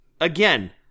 Again